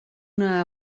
una